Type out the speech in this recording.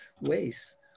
ways